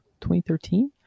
2013